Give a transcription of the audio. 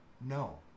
No